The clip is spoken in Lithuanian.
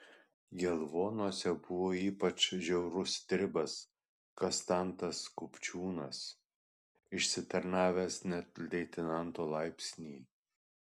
gelvonuose buvo ypač žiaurus stribas kastantas kupčiūnas išsitarnavęs net leitenanto laipsnį